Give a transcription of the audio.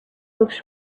books